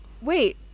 wait